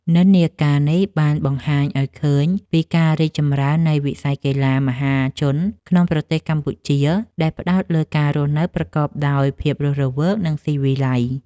និន្នាការនេះបានបង្ហាញឱ្យឃើញពីការរីកចម្រើននៃវិស័យកីឡាមហាជនក្នុងប្រទេសកម្ពុជា ដែលផ្តោតលើការរស់នៅប្រកបដោយភាពរស់រវើក និងស៊ីវិល័យ។